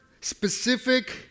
specific